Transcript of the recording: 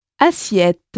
Assiette